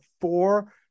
four